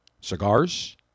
Cigars